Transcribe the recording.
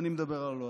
אני מדבר על הלועזי.